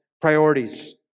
priorities